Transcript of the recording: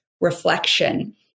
reflection